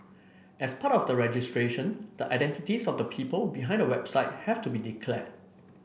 as part of the registration the identities of the people behind the website have to be declared